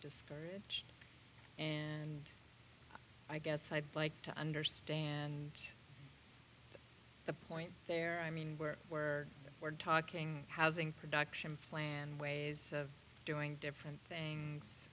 discourage and i guess i'd like to understand the point there i mean where where we're talking housing production flan ways of doing different things